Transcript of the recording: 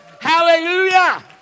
Hallelujah